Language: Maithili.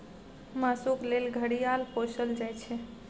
मासुक लेल घड़ियाल पोसल जाइ छै